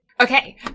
Okay